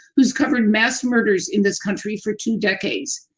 who's covered mass murders in this country for two decades.